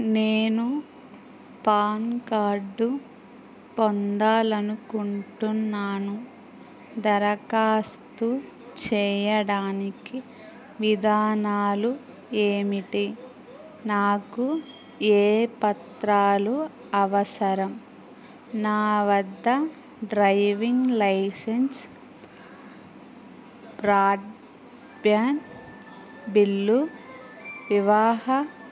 నేను PAN card పొందాలి అనుకుంటున్నాను దరఖాస్తు చేయడానికి విధానాలు ఏమిటి నాకు ఏ పత్రాలు అవసరం నా వద్ద డ్రైవింగ్ లైసెన్స్ బ్రాడ్బ్యాండ్ బిల్లు వివాహ